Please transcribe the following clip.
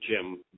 Jim